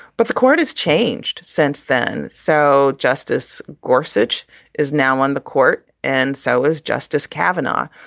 but the court has changed since then. so justice gorsuch is now on the court. and so is justice kavanagh.